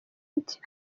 kempston